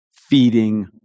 feeding